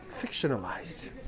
fictionalized